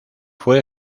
fue